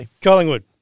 Collingwood